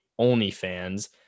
OnlyFans